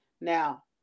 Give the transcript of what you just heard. Now